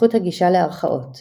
זכות הגישה לערכאות